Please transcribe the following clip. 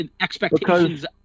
expectations